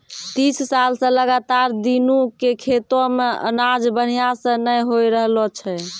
तीस साल स लगातार दीनू के खेतो मॅ अनाज बढ़िया स नय होय रहॅलो छै